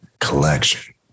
collection